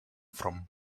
from